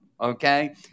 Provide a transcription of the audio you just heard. okay